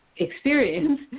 experience